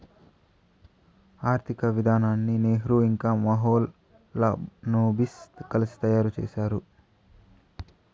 ఆర్థిక విధానాన్ని నెహ్రూ ఇంకా మహాలనోబిస్ కలిసి తయారు చేసినారు